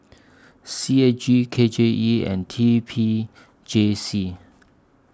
C A G K J E and T P J C